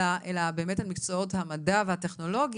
אלא באמת גם על מקצועות המדע והטכנולוגיה